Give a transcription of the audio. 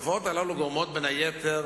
התופעות האלה גורמות, בין היתר,